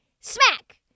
Smack